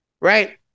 right